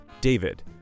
David